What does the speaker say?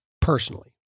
personally